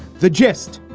the gist.